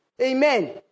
Amen